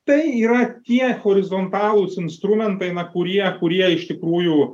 tai yra tie horizontalūs instrumentai kurie kurie iš tikrųjų